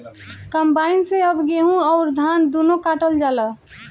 combine से अब गेहूं अउर धान दूनो काटल जाला